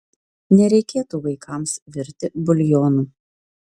nereikėtų vaikams virti buljonų